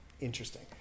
interesting